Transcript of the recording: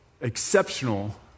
exceptional